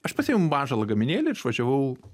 aš pasiėmiau mažą lagaminėlį ir išvažiavau